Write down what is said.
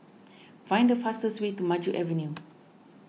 find the fastest way to Maju Avenue